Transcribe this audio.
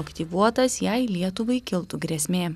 aktyvuotas jei lietuvai kiltų grėsmė